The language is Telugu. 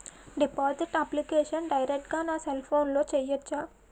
డిపాజిట్ అప్లికేషన్ డైరెక్ట్ గా నా సెల్ ఫోన్లో చెయ్యచా?